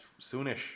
soonish